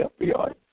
FBI